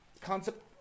concept